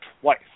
twice